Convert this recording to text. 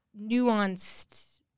nuanced